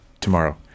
tomorrow